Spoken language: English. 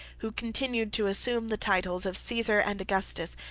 who continued to assume the titles of caesar and augustus,